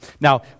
Now